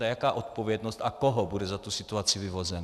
A jaká odpovědnost a koho bude za tu situaci vyvozena?